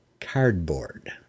cardboard